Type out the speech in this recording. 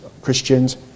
Christians